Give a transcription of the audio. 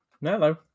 Hello